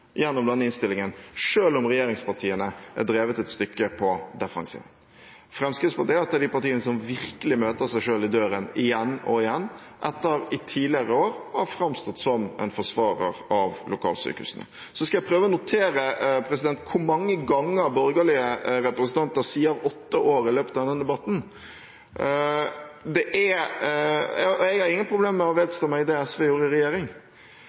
gjennom innstillingen, selv om regjeringspartiene er drevet et stykke på defensiven. Fremskrittspartiet er et av de partiene som virkelig møter seg selv i døra igjen og igjen etter i tidligere år å ha framstått som en forsvarer av lokalsykehusene. Så skal jeg prøve å notere hvor mange ganger borgerlige representanter sier «åtte år» i løpet av denne debatten. Jeg har ingen problemer med å vedstå meg det SV gjorde i regjering.